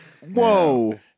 Whoa